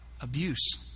abuse